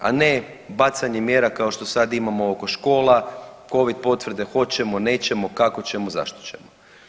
A ne bacanje mjera kao što sad imamo oko škola Covid potvrde hoćemo, nećemo, kako ćemo, zašto ćemo.